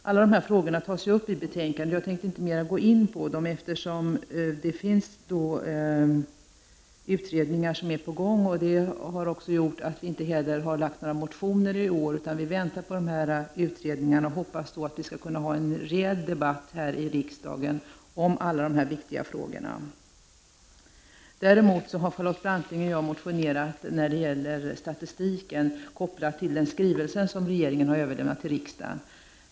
Alla dessa frågor tas upp i betänkandet, och jag tänkte därför inte mera gå in på dem. Utredningar är på gång, och vi har därför inte väckt några motioner i år. Vi väntar i stället på utredningarna och hoppas att vi skall kunna ha en rejäl debatt här i riksdagen om alla dessa viktiga frågor. Däremot har Charlotte Branting och jag väckt en motion som berör frågan om statistiken och den skrivelse som regeringen har överlämnat till riksdagen.